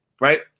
right